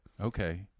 Okay